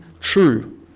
true